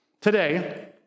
today